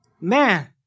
Man